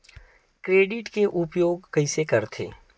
Credit के उपयोग कइसे करथे?